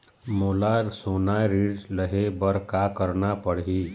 मोला सोना ऋण लहे बर का करना पड़ही?